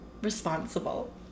Responsible